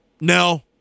No